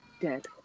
dead